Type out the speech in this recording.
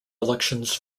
elections